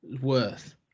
worth